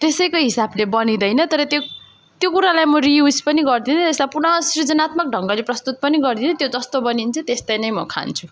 त्यसैको हिसाबले बनिँदैन तर त्यो त्यो कुरालाई म रियुस पनि गर्दिनँ त्यसलाई पुनः सृजनात्मक ढङ्गले प्रस्सुत पनि गर्दिनँ त्यो जस्तो बनिन्छ त्यस्तै नै म खान्छु